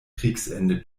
kriegsende